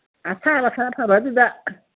ꯑꯊꯥꯕꯗ ꯈꯔ ꯐꯕꯗꯨꯗ